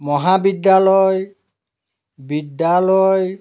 মহাবিদ্যালয় বিদ্যালয়